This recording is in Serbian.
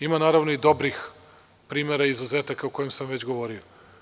Ima, naravno, i dobrih primera izuzetaka o kojima sam već govorio.